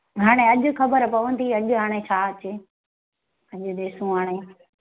हाणे अॼु ख़बर पवंदी अॼु हाणे छा अचे अॼु ॾिसूं हाणे